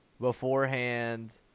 beforehand